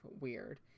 weird